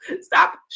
Stop